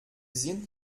sind